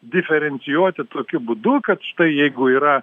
diferencijuoti tokiu būdu kad štai jeigu yra